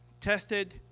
tested